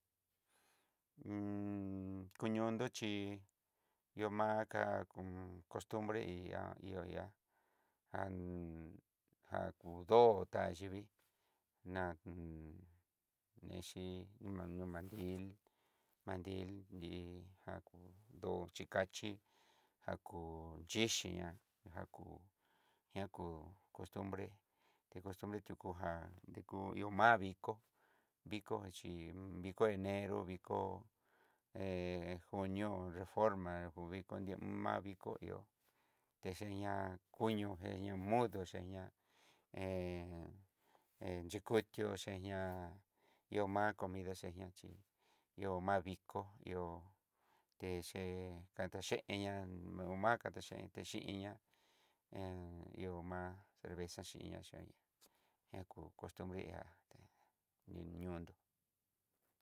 koñondo xhí, yomaka kon cost bre, hi ihó ihá ján já kú ndód tayivii nán nixhi noma nomandril, mantil ni ján ndó chikachí, jakú chixhi ñá jakú ñakú cost bre té cost bre tuku já, dekú ihó ma'a viko, viko chí viko enero viko he junio reforma kudiko nriá ma'a viko ihó texeña kuñó jeña modu xheña hé yukutioxe ña ihó ma'a comida xheña chí, ihó ma viko ihó te ché kata che'eña, no ma'a kataxhe tichiña ó ma'a cervesa xhiña chen ñakú cost bre hé até ni ñonró.